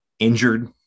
injured